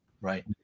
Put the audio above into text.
right